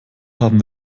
haben